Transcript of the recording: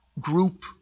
group